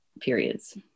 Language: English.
periods